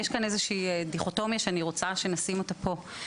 יש כאן איזושהי דיכוטומיה שאני רוצה שנשים אותה פה.